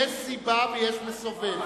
סיבה ויש מסובב.